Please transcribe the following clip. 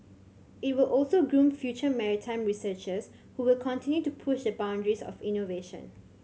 it will also groom future maritime researchers who will continue to push the boundaries of innovation